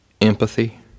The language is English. empathy